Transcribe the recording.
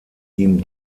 ihm